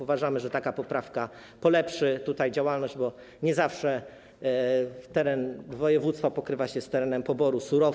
Uważamy, że taka poprawka polepszy działalność, bo nie zawsze teren województwa pokrywa się z terenem poboru surowca.